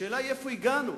השאלה היא לאיפה הגענו.